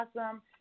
awesome